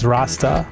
Rasta